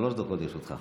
שלוש דקות לרשותך.